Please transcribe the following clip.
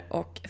och